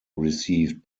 received